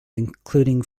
including